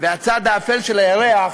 והצד האפל של הירח,